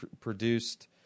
produced